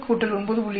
4 9